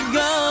go